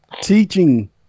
Teaching